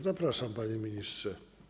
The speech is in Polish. Zapraszam, panie ministrze.